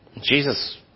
Jesus